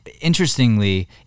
interestingly